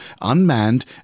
unmanned